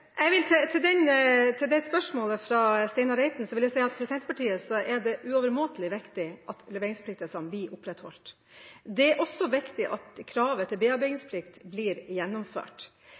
Reiten vil jeg si at for Senterpartiet er det overmåte viktig at leveringsforpliktelsene blir opprettholdt. Det er også viktig at kravet til bearbeidingsplikt blir gjennomført.